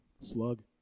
Slug